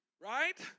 right